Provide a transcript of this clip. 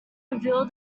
reveal